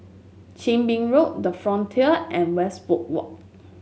Chin Bee Road the Frontier and Westwood Walk